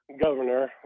governor